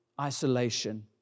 isolation